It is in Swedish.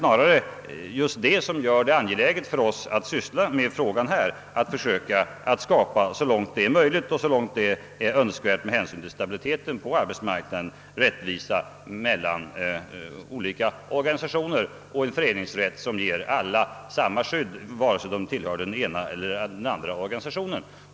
Snarare är det så mycket angelägnare att vi sysslar med spörsmålet och försöker att, så långt möjligt och så långt det är önskvärt med hänsyn till stabiliteten på arbetsmarknaden, skapa rättvisa mellan olika organisationer och en föreningsrätt som ger alla samma skydd, vare sig de tillhör den ena eller andra organisationen.